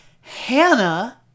Hannah